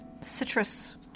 citrus